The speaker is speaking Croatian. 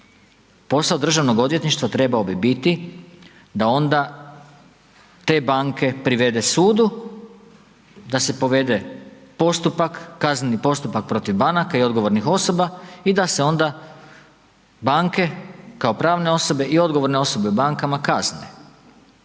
Posao državnog odvjetništva trebao bi biti da onda te banke privede sudu, da se povede postupak, kazneni postupak protiv banaka i odgovornih osoba, i da se onda banke kao pravne osobe i odgovorne osobe u bankama kazne,